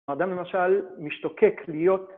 אדם למשל משתוקק להיות...